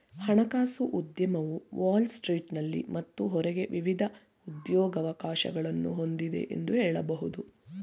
ಹಣಕಾಸು ಉದ್ಯಮವು ವಾಲ್ ಸ್ಟ್ರೀಟ್ನಲ್ಲಿ ಮತ್ತು ಹೊರಗೆ ವಿವಿಧ ಉದ್ಯೋಗವಕಾಶಗಳನ್ನ ಹೊಂದಿದೆ ಎಂದು ಹೇಳಬಹುದು